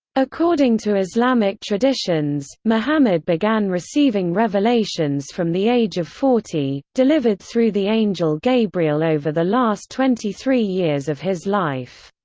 according to islamic traditions, muhammad began receiving revelations from the age of forty, delivered through the angel gabriel over the last twenty three years of his life.